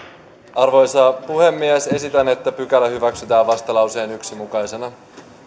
arvoisa puhemies esitän että pykälä hyväksytään vastalauseen yhtenä mukaisena